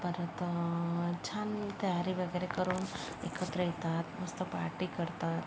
परत छान तयारी वगैरे करून एकत्र येतात मस्त पार्टी करतात